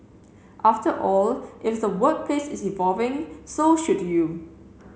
after all if the workplace is evolving so should you